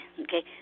okay